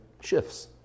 shifts